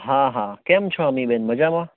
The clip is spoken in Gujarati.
હા હા કેમ છો અમીબેન મજામાં